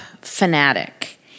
fanatic